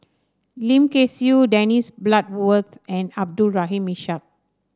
Lim Kay Siu Dennis Bloodworth and Abdul Rahim Ishak